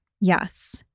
yes